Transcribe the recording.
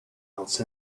else